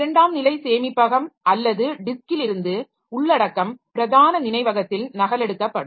இரண்டாம் நிலை சேமிப்பகம் அல்லது டிஸ்க்கில் இருந்து உள்ளடக்கம் பிரதான நினைவகத்தில் நகலெடுக்கப்படும்